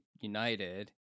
United